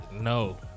No